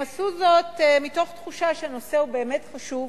הם עשו זאת מתוך תחושה שהנושא באמת חשוב,